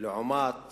לעומת